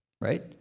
right